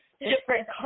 different